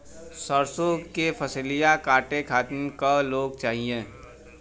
सरसो के फसलिया कांटे खातिन क लोग चाहिए?